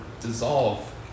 dissolve